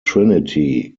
trinity